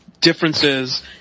differences